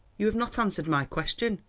you have not answered my question,